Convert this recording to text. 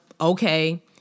Okay